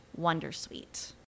wondersuite